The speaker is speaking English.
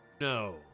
No